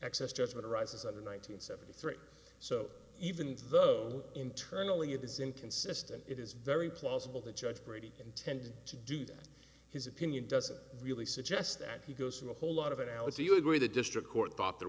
excess judgment arises under one nine hundred seventy three so even though internally it is inconsistent it is very plausible that judge brady intended to do that his opinion doesn't really suggest that he goes through a whole lot of it alex you agree the district court thought there